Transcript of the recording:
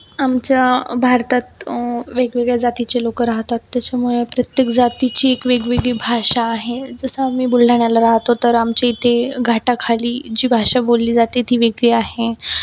आमच्या भारतात वेगवेगळ्या जातीचे लोकं राहतात त्याच्यामुळे प्रत्येक जातीची एक वेगवेगळी भाषा आहे जसं आम्ही बुलढाण्याला राहतो तर आमची ती घाटाखाली जी भाषा बोलली जाते ती वेगळी आहे